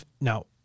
now